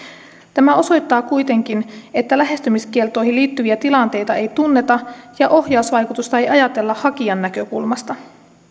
tämä osoittaa kuitenkin että lähestymiskieltoihin liittyviä tilanteita ei tunneta ja ohjausvaikutusta ei ajatella hakijan näkökulmasta